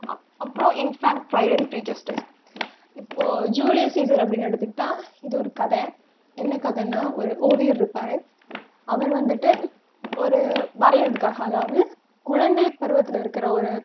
அப்பறம் in fact free justice இப்போது Julius Caesar அப்படின்னு எடுத்துக்கிட்டால் இது ஒரு கதை என்ன கதைன்னா ஒரு ஓவியர் இருப்பார் அவர் வந்துவிட்டு ஒரு வரைகிறதுக்காக அதாவது குழந்தை பருவத்தில் இருக்கிற ஒரு